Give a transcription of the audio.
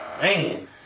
Man